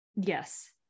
Yes